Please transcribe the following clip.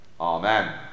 Amen